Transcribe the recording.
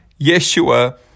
Yeshua